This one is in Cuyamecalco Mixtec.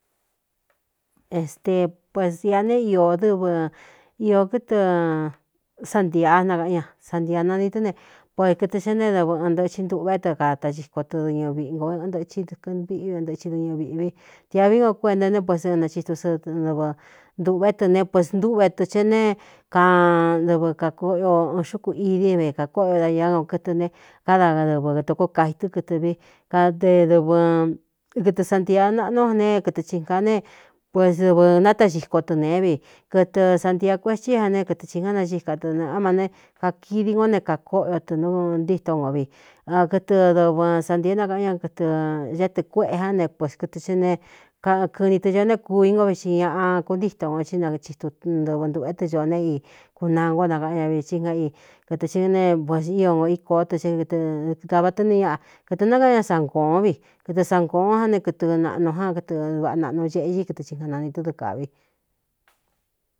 Estepes ia ne iō dɨvɨ iō kɨtɨ santiaa nakaꞌan ña santia naini tɨ́ ne po e kɨtɨ chá neé dɨvɨ an ntɨchɨ ntûꞌvé tɨ kataxiko tɨdɨñɨviꞌi ngo n ntɨthɨ dɨkɨ íꞌvi ntɨi dɨñɨviꞌī vi tiavií nko kuenta né pues ɨn nachitu sɨɨvɨ ntuꞌvé tɨ ne pues ntûꞌve tɨ chɨ nee kanndɨvɨ kakóꞌoio ɨn xúku idí ve kākóꞌo o dañá ng o kɨtɨ ne káda dɨvɨ kɨtɨ koo kaitɨ́ kɨɨvi kadkɨtɨ santia naꞌnú ne kɨtɨ xhinka ne puesdɨvɨ nataxiko tɨ nēé vi kɨtɨ santiaa kuestí an ne kɨtɨ xhingán naxíka tɨ neꞌá ma ne kakiví ngo ne kākóꞌo o tɨ n ntíto ngo vi a kɨtɨ dɨvɨ santieé nakaꞌán ña kɨtɨ ñá tɨꞌ kuéꞌe án ne pukɨtɨ ɨ ne kɨni tɨ choó né kuvi ngo ve xi ñaꞌa kuntíto no í nahitu ntɨvɨ ntuꞌū é tɨ co ne i kunaa nko nakaꞌán ña vi xhigán i kɨtɨ ɨ neío no íko tɨ é kɨɨāva tɨ ni ñaꞌa kɨtɨ̄ nákaꞌan ña sangōón vi kɨtɨ sangōón ján né kɨtɨ naꞌnu ján kɨtɨ vaꞌa naꞌnu ceꞌñí kɨtɨ xhingkanani tɨ́ dɨɨ kāꞌvi.